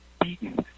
beaten